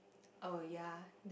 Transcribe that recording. oh ya